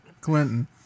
Clinton